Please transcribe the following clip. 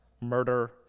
murder